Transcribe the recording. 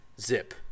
zip